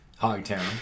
Hogtown